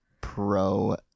Pro